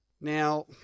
Now